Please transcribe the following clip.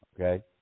Okay